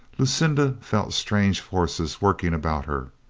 lucinda felt strange forces working about her.